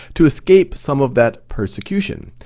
to escape some of that persecution.